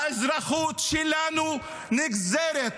האזרחות שלנו נגזרת,